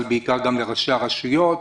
אבל בעיקר לראשי הרשויות.